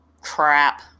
crap